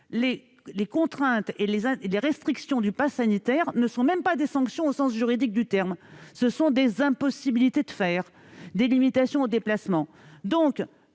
Les contraintes et les restrictions liées au passe sanitaire ne sont pas des sanctions au sens juridique du terme. Ce sont des impossibilités de faire, des limitations de déplacement.